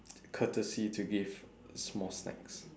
courtesy to give small snacks